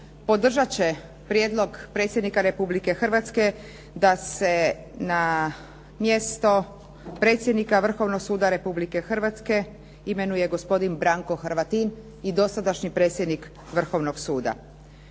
podržat će prijedlog Predsjednika Republike Hrvatske da se na mjesto predsjednika Vrhovnog suda Republike Hrvatske imenuje gospodin Branko Hrvatin i dosadašnji predsjednik Vrhovnog suda.